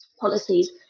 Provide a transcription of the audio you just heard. policies